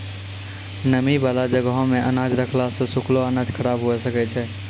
नमी बाला जगहो मे अनाज रखला से सुखलो अनाज खराब हुए सकै छै